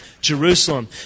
Jerusalem